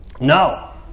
No